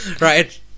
Right